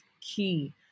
key